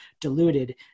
diluted